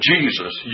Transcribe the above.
Jesus